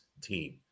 team